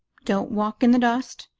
don't walk in the dust.